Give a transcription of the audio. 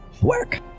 Work